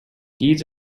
deeds